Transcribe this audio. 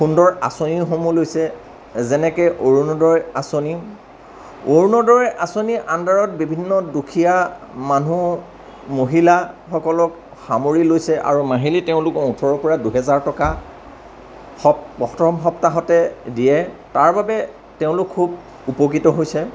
সুন্দৰ আঁচনিসমূহ লৈছে যেনেকৈ অৰুনোদয় আঁচনি অৰুনোদয় আঁচনিৰ আণ্ডাৰত বিভিন্ন দুখীয়া মানুহ মহিলাসকলক সামৰি লৈছে আৰু মাহিলী তেওঁলোকক ওঁঠৰৰ পৰা দুহেজাৰ টকা প্ৰথম সপ্তাহতে দিয়ে তাৰ বাবে তেওঁলোক খুব উপকৃত হৈছে